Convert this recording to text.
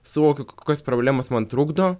suvokiu kokios problemos man trukdo